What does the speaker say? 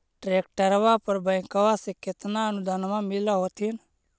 ट्रैक्टरबा पर बैंकबा से कितना अनुदन्मा मिल होत्थिन?